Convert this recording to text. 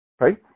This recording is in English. right